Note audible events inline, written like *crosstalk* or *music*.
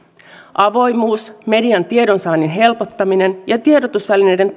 avoimuuden median tiedon saannin helpottamisen ja tiedotusvälineiden *unintelligible*